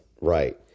right